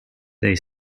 they